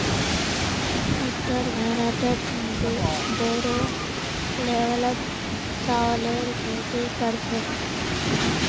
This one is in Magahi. उत्तर भारतत बोरो लेवलत चावलेर खेती कर छेक